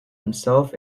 himself